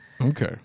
okay